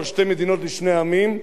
בניגוד למצע של מפלגתו,